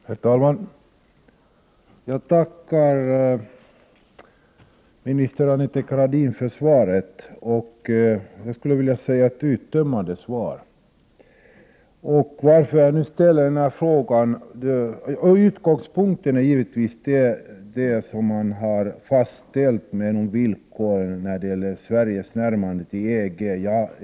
Herr talman! Jag tackar minister Anita Gradin för svaret. Jag skulle vilja säga att det var ett uttömmande svar. Utgångspunkten för min fråga är givetvis de villkor som man har fastställt när det gäller Sveriges närmande till EG.